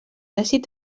àcid